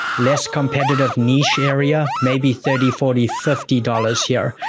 less competitive niche area, maybe thirty, forty, fifty dollars here.